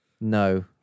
No